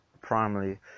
primarily